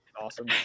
awesome